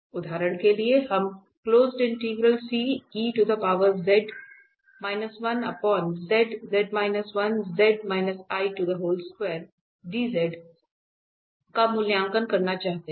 इसलिए उदाहरण के लिए हम का मूल्यांकन करना चाहते हैं